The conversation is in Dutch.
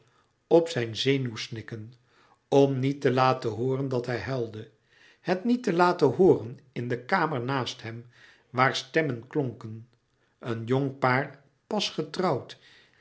op zijn zenuwsnikken om niet te laten hooren dat hij huilde het niet te laten hooren in de kamer naast hem waar stemmen klonken een jong paar pas getrouwd